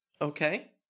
Okay